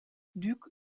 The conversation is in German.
duc